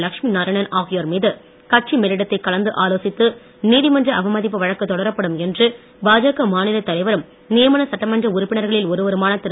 லட்சுமி நாராயணன் ஆகியோர் மீது கட்சி மேலிடத்தை கலந்து ஆலோசித்து நீதிமன்ற அவமதிப்பு வழக்கு தொடரப்படும் என்று பாஜக மாநில தலைவரும் நியமன சட்டமன்ற உறுப்பினர்களில் ஒருவருமான திரு